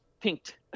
pinked